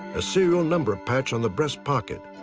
a serial number patch on the breast pocket,